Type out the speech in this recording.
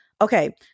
okay